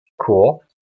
Cool